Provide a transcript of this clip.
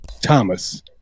Thomas